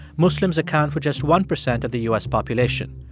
muslims account for just one percent of the u s. population.